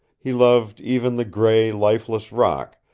he loved even the gray, lifeless rock,